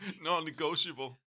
Non-negotiable